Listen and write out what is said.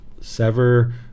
sever